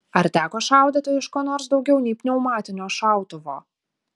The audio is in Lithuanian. ar teko šaudyti iš ko nors daugiau nei pneumatinio šautuvo